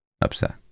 upset